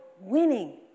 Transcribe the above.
winning